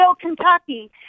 Kentucky